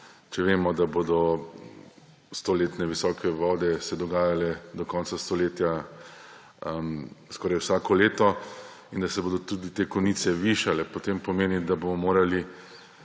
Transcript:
če vemo, da se bodo stoletne visoke vode dogajale do konca stoletja skoraj vsako leto in da se bodo tudi te konice višale, potem pomeni, da bomo morali